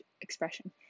expression